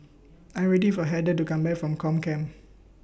I Am waiting For Heather to Come Back from Comcare